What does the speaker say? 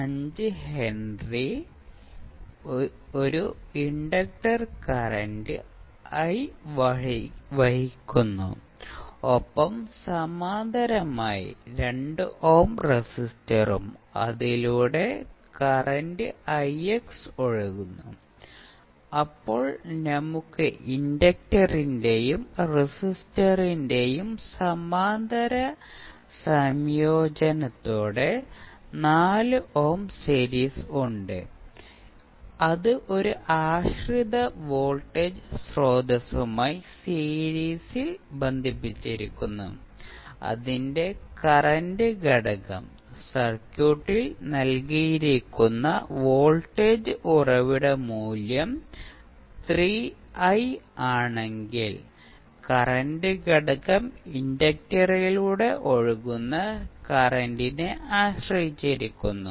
5 H ന്റെ ഒരു inductor current i വഹിക്കുന്നു ഒപ്പം സമാന്തരമായി 2 ഓം റെസിസ്റ്റൻസും അതിലൂടെ കറന്റ് ഒഴുകുന്നു അപ്പോൾ നമുക്ക് ഇൻഡക്ടറിന്റെയും റെസിസ്റ്ററിന്റെയും സമാന്തര സംയോജനത്തോടെ 4 ഓം സീരീസ് ഉണ്ട് അത് ഒരു ആശ്രിത വോൾട്ടേജ് സ്രോതസ്സുമായി സീരീസിൽ ബന്ധിപ്പിച്ചിരിക്കുന്നു അതിന്റെ കറന്റ് ഘടകം സർക്യൂട്ടിൽ നൽകിയിരിക്കുന്ന വോൾട്ടേജ് ഉറവിട മൂല്യം 3i ആണെങ്കിൽ കറന്റ് ഘടകം ഇൻഡക്റ്ററിലൂടെ ഒഴുകുന്ന കറന്റിനെ ആശ്രയിച്ചിരിക്കുന്നു